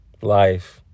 Life